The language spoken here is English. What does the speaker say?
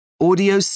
Audio